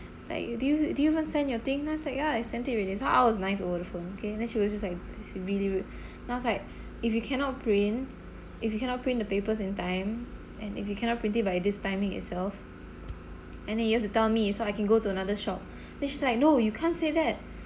like do you do you even send your things then I was like ya I sent it already so I was nice over the phone okay then she was like really rude then I was like if you cannot print if you cannot print the papers in time and if you cannot print it by this timing itself and then you have to tell me so I can go to another shop then she's like no you can't say that